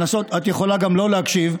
את יכולה גם לא להקשיב.